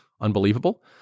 unbelievable